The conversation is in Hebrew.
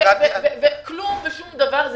וכלום ושום דבר.